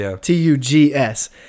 T-U-G-S